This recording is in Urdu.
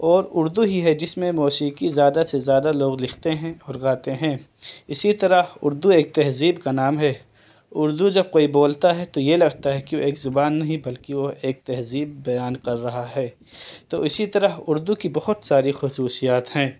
اور اردو ہی ہے جس میں موسیقی زیادہ سے زیادہ لوگ لکھتے ہیں اور گاتے ہیں اسی طرح اردو ایک تہذیب کا نام ہے اردو جب کوئی بولتا ہے تو یہ لگتا ہے کہ وہ ایک زبان نہیں وہ ایک تہذیب بیان کر رہا ہے تو اسی طرح اردو کی بہت ساری خصوصیات ہیں